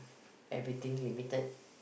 everything limited